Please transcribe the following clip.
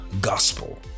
gospel